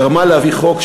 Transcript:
גרמו להביא חוק,